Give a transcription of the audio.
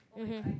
mmhmm